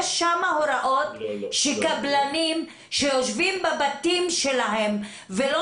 יש שם הוראות שקבלנים שיושבים בבתים שלהם ולא